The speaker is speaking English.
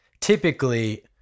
typically